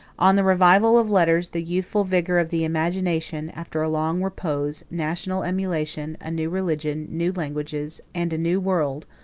on the revival of letters, the youthful vigor of the imagination, after a long repose, national emulation, a new religion, new languages, and a new world,